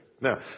Now